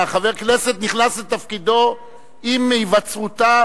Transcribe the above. חבר הכנסת נכנס לתפקידו עם היווצרותו